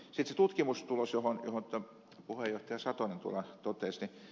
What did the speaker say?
sitten se tutkimustulos josta puheenjohtaja satonen totesi